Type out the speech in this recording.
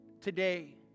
today